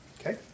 Okay